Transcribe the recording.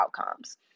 outcomes